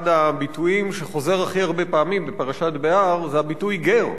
אחד הביטויים שחוזר הכי הרבה פעמים זה הביטוי "גר".